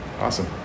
Awesome